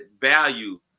value